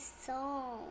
song